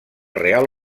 real